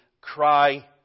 cry